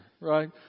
right